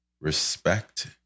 respect